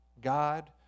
God